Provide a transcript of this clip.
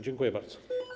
Dziękuję bardzo.